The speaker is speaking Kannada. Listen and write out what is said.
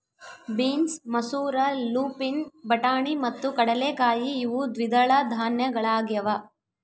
ಬೀನ್ಸ್ ಮಸೂರ ಲೂಪಿನ್ ಬಟಾಣಿ ಮತ್ತು ಕಡಲೆಕಾಯಿ ಇವು ದ್ವಿದಳ ಧಾನ್ಯಗಳಾಗ್ಯವ